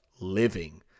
living